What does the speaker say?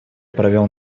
провел